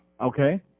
Okay